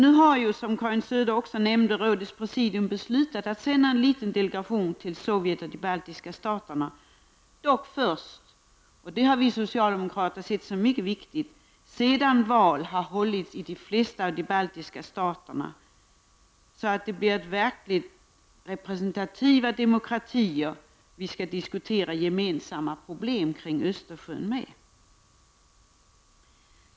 Nu har, som Karin Söder också nämnde, Nordiska rådets presidium beslutat sända en liten delegation till Sovjet och de baltiska staterna, dock först sedan val har hållits i de flesta av de baltiska staterna, så att det verkligen blir representativa demokratier som vi skall diskutera gemensamma problem kring Östersjön med.